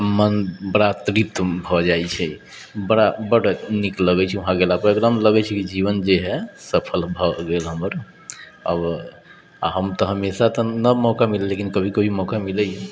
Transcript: आ मन बड़ा तृप्त भऽ जाइ छै बड़ा बड्ड नीक लगै छै वहाँ गेला पर एकदम लगै छै कि जीवन जेहै सफल भऽ गेल हमर आ हम तऽ हमेशा तऽ नहि मौका मिलले लेकिन कभि कभि मौका मिलैयै